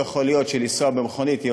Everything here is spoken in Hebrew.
לא יכול להיות שלנסוע במכונית יהיה